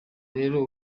rero